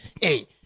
hey